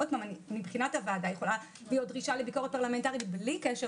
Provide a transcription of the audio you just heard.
מבחינת הוועדה יכולה להיות דרישה לביקורת פרלמנטרית בלי קשר